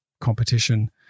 competition